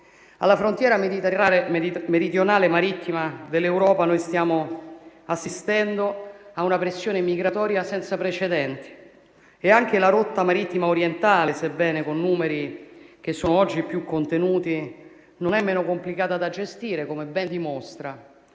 Alla frontiera meridionale marittima dell'Europa stiamo assistendo a una pressione migratoria senza precedenti e anche la rotta marittima orientale, sebbene con numeri che sono oggi più contenuti, non è meno complicata da gestire, come ben dimostra